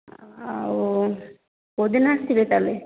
ଆଉ କୋଉ ଦିନ ଆସିବେ ତା'ହେଲେ